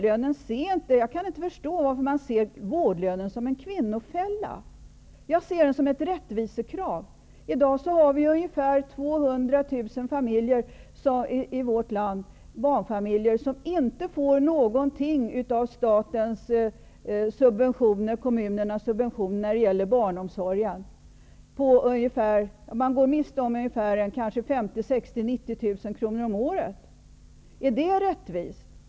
Jag kan inte förstå varför man ser vårdlönen som en kvinnofälla. Jag ser den som ett rättvisekrav. I dag finns det ungefär 200 000 barnfamiljer i vårt land som inte får någonting av statens och kommunernas subventioner när det gäller barnomsorgen. Man går miste om ca 50 000, 60 000 eller kanske 90 000 kronor om året. Är det rättvist?